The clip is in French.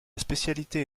spécialité